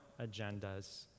agendas